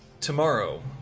tomorrow